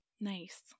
Nice